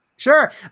Sure